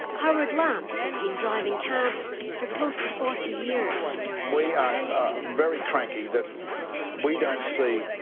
howard lance has been driving cabs for close to forty years. we are very cranky that we don't see,